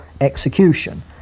execution